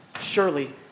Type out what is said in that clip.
Surely